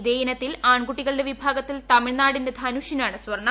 ഇതേ ഇനത്തിൽ ആൺകുട്ടികളുടെ വിഭാഗത്തിൽ തമിഴ്നാടിന്റെ ധനുഷിനാണ് സ്വർണം